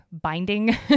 binding